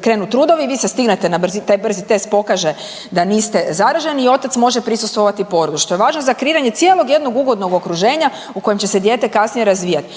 krenu trudovi i vi se stignete na brzinu, taj brzi test pokaže da niste zaraženi i otac može prisustvovati porodu. Što je važno za kreiranje cijelog jednog ugodnog okruženja u kojem će se dijete kasnije razvijati.